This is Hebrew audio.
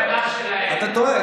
אתה טועה,